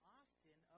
often